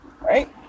right